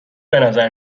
بنظر